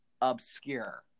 obscure